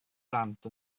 dant